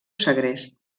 segrest